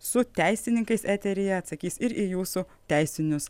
su teisininkais eteryje atsakys ir į jūsų teisinius